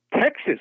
Texas